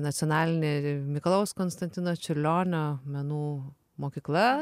nacionalinė mikalojaus konstantino čiurlionio menų mokykla